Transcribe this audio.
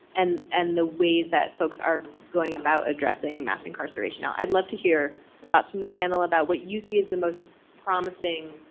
and and the ways that folks are going about addressing mass incarceration now. i'd love to hear thoughts from the panel about what you see as the most promising